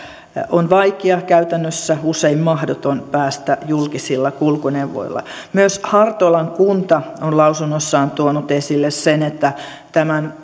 on käytännössä vaikeaa usein mahdotonta päästä julkisilla kulkuneuvoilla myös hartolan kunta on lausunnossaan tuonut esille sen että